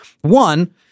One